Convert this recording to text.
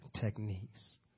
techniques